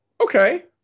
Okay